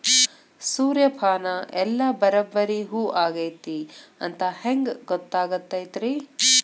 ಸೂರ್ಯಪಾನ ಎಲ್ಲ ಬರಬ್ಬರಿ ಹೂ ಆಗೈತಿ ಅಂತ ಹೆಂಗ್ ಗೊತ್ತಾಗತೈತ್ರಿ?